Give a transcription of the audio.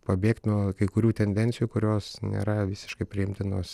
pabėgt nuo kai kurių tendencijų kurios nėra visiškai priimtinos